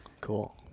Cool